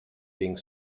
being